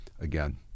again